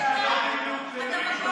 למי אתה בא בטענות בדיוק?